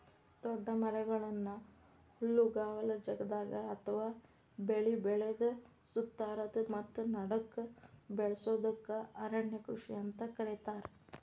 ದೊಡ್ಡ ಮರಗಳನ್ನ ಹುಲ್ಲುಗಾವಲ ಜಗದಾಗ ಅತ್ವಾ ಬೆಳಿ ಬೆಳದ ಸುತ್ತಾರದ ಮತ್ತ ನಡಕ್ಕ ಬೆಳಸೋದಕ್ಕ ಅರಣ್ಯ ಕೃಷಿ ಅಂತ ಕರೇತಾರ